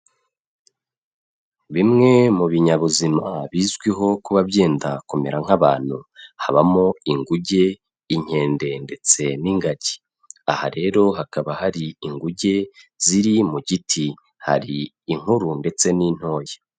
Bimwe mu binyabuzima bizwiho kuba byenda kumera nk'abantu, habamo inguge, inkende ndetse n'ingagi, aha rero hakaba hari inguge ziri mu giti, hari inkuru ndetse n'intoya.